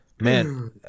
Man